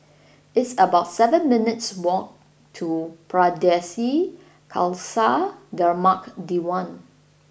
it's about seven minutes' walk to Pardesi Khalsa Dharmak Diwan